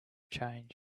change